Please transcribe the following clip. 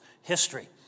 history